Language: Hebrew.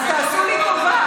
אז תעשו לי טובה,